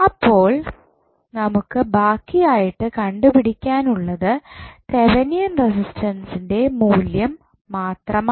അപ്പോൾ നമുക്ക് ബാക്കി ആയിട്ട് കണ്ടുപിടിക്കാൻ ഉള്ളത് തെവനിയൻ റെസിസ്റ്റൻസിൻ്റെ മൂല്യം മാത്രമാണ്